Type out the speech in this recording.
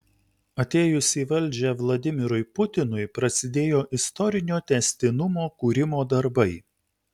atėjus į valdžią vladimirui putinui prasidėjo istorinio tęstinumo kūrimo darbai